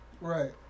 Right